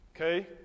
Okay